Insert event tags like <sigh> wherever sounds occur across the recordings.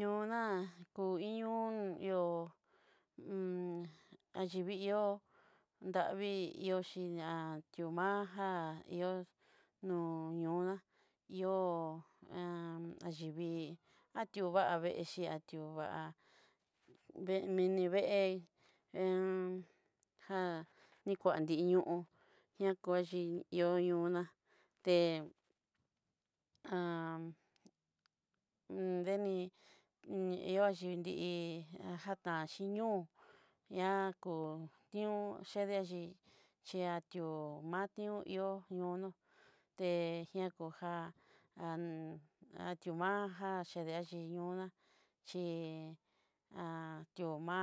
Ñóo dá ku in ñó yo'o <hesitation> <hesitation> vi'io ndiavii axhí ihóxi da'a ti'ó ma'anja ihós nóo ño'odá ihó <hesitation> yivii, atuaveexi ati'o vaa mini vée <hesitation> já nikuantiñoo ñakuaxhi ión nó'o ná té <hesitation> <hesitation> enii ní ihoxii nrii ajatanxii ñuó ña kó ñió chedexii xhiatió manió ihó ñonó té ñakojá <hesitation> ti'ó maranja chedé xhí nioná xhí tió má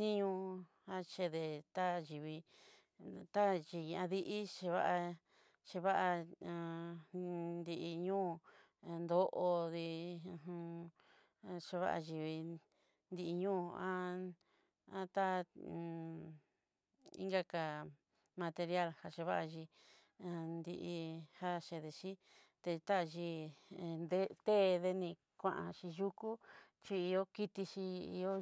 nió achedé tayivii, tachíi adixii chevá'a cheva'a <hesitation> nriño'o ado'ondí <hesitation> ajuaxhivii diiño <hesitation> tá <hesitation> inkaka material jaxhivaxi andi'í jadexhí'i tetaxhí, <hesitation> e deni kuanxhi yukú xhiyó'o kitixhi ihó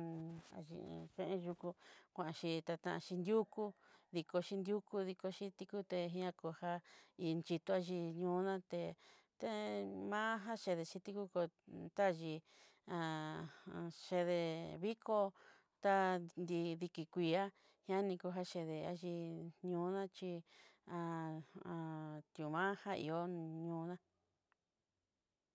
<hesitation> axhi yen yukú, kuanxi ta tanxhí yukú dikoxhi nriyú dikoxhi tikuté ñakojá inchitoxhé ñóo ná té, té ma'ajá chedexitiko oko tayí <hesitation> chede vikó ta nridiki kuii <hesitation> nikoxia chedé ayí ñóo na chí <hesitation> ti'ó ma'anja ihó ñoná.